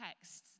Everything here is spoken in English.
texts